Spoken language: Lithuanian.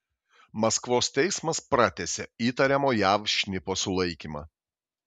maskvos teismas pratęsė įtariamo jav šnipo sulaikymą